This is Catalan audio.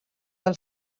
del